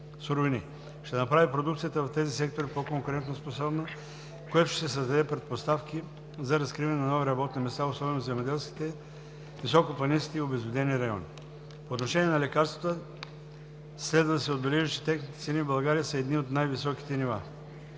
суровини, ще направи продукцията в тези сектори по-конкурентоспособна, което ще създаде предпоставки за разкриване на нови работни места, особено в земеделските, високопланинските и обезлюдените райони. По отношение на лекарствата следва да се отбележи, че техните цени в България са на едни от най-високите нива.